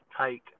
take